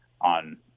on